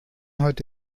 heute